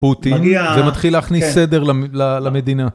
פוטין, זה מתחיל להכניס סדר למדינה.